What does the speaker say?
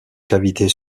cavités